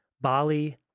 Bali